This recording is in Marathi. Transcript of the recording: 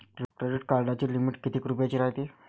क्रेडिट कार्डाची लिमिट कितीक रुपयाची रायते?